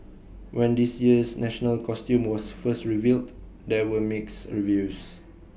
when this year's national costume was first revealed there were mixed reviews